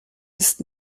ist